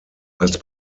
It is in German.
als